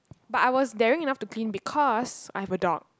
but I was daring enough to clean because I have a dog